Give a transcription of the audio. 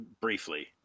briefly